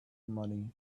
money